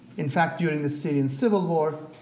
in fact, during the syrian civil war,